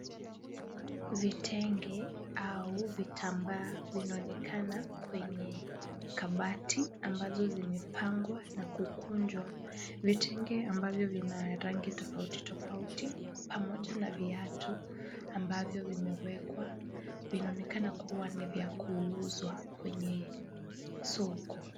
Vitenge au vitambaa vinaonekana kwenye kabati ambazo zimepangwa na kukunjwa. Vitenge ambavyo vina rangi tofauti tofauti pamoja na viatu ambavyo vimewekwa vinaonekana kuwa ni vya kuuzwa kwenye soko.